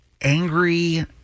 angry